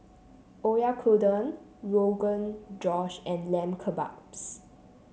Oyakodon Rogan Josh and Lamb Kebabs